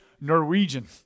Norwegian